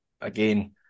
again